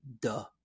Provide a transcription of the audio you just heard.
duh